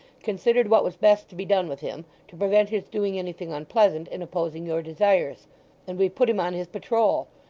considered what was best to be done with him, to prevent his doing anything unpleasant in opposing your desires and we've put him on his patrole.